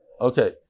Okay